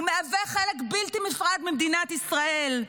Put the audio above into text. הוא מהווה חלק בלתי נפרד ממדינת ישראל.